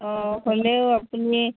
অঁ হ'লেও আপুনি